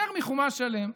יותר מחומש שלם,